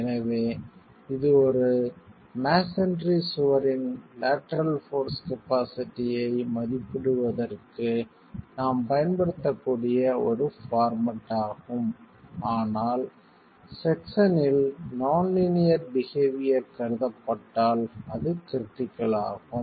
எனவே இது ஒரு மஸோன்றி சுவரின் லேட்டரல் போர்ஸ் கெப்பாசிட்டியை மதிப்பிடுவதற்கு நாம் பயன்படுத்தக்கூடிய ஒரு பார்மட் ஆகும் ஆனால் செக்ஷனில் நான் லீனியர் பிஹேவியர் கருதப்பட்டால் அது கிரிட்டிக்கல் ஆகும்